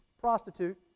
Prostitute